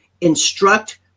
instruct